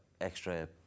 extra